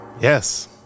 Yes